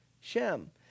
Shem